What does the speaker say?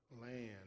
land